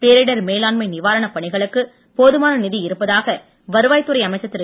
பேரிடர் மேலாண்மை நிவாரணப் பணிகளுக்கு போதுமான நிதி இருப்பதாக வருவாய்த்துறை அமைச்சர் திரு